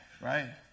right